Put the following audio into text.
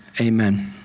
Amen